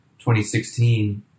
2016